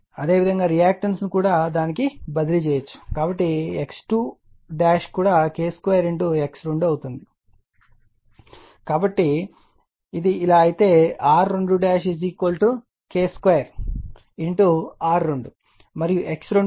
అదే విధంగా రియాక్టన్స్ ను కూడా దానికి బదిలీ చేయవచ్చు కాబట్టి X2కూడా K 2 X2 అవుతుంది కాబట్టి ఇది అలా అయితే R2 K 2 R2 మరియు X2 K 2 X2